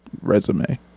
resume